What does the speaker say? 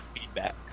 feedback